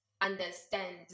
understand